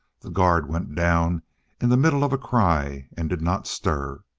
the guard went down in the middle of a cry and did not stir.